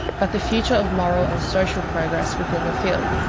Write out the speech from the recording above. but the future of moral and social progress within the field.